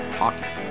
hockey